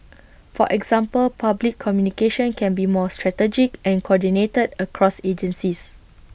for example public communication can be more strategic and coordinated across agencies